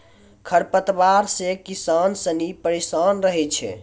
खरपतवार से किसान सनी परेशान रहै छै